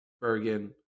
Bergen